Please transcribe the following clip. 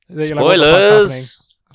Spoilers